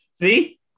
See